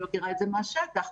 אני מכירה את זה מן השטח,